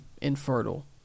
infertile